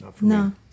no